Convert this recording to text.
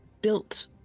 built